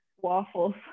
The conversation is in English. waffles